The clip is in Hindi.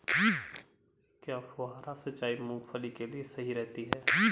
क्या फुहारा सिंचाई मूंगफली के लिए सही रहती है?